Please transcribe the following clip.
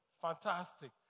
Fantastic